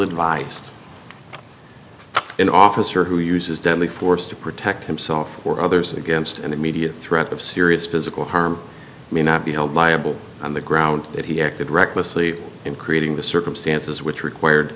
advised an officer who uses deadly force to protect himself or others against an immediate threat of serious physical harm may not be held liable on the ground that he acted recklessly in creating the circumstances which required